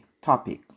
topic